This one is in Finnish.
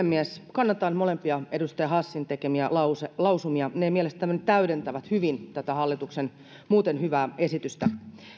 kannatan molempia edustaja hassin tekemiä lausumia ne mielestäni täydentävät hyvin tätä hallituksen muuten hyvää esitystä